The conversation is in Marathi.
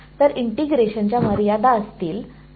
तर इंटिग्रेशन च्या मर्यादा असतील ते